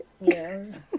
yes